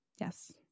Yes